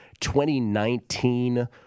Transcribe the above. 2019